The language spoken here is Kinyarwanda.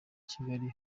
kigali